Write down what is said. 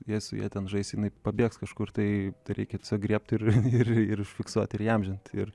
jei su ja ten žaisi jinai pabėgs kažkur tai reikia tiesiog griebt ir ir ir užfiksuot ir įamžint ir